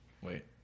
Wait